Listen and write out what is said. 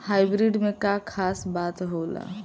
Hybrid में का खास बात होला?